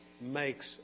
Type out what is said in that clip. makes